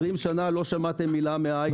20 שנים לא שמעתם מילה מההיי-טק.